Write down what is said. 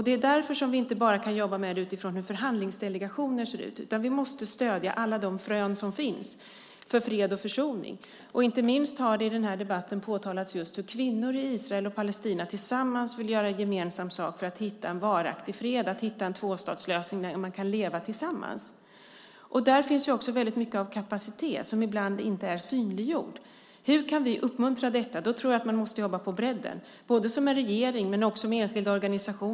Det är därför vi inte bara kan jobba med detta utifrån hur förhandlingsdelegationer ser ut. Vi måste stödja alla de frön som finns för fred och försoning. Inte minst har det i den här debatten påtalats hur kvinnor i Israel och Palestina tillsammans vill göra gemensam sak för att hitta en varaktig fred och en tvåstatslösning där man kan leva tillsammans. Där finns också mycket kapacitet som ibland inte är synliggjord. Hur kan vi uppmuntra detta? Jag tror att man måste jobba på bredden både som regering och med enskilda organisationer.